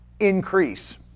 Increase